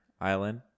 island